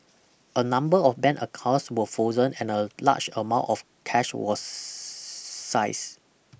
a number of ban accounts were frozen and a large amount of cash was size